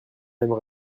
mêmes